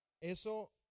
eso